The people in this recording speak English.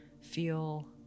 feel